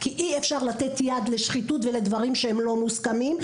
כי אי אפשר לתת יד לשחיתות ולדברים לא מוסכמים.